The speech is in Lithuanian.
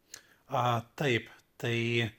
a taip tai